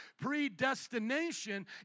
Predestination